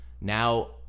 now